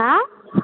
हाँ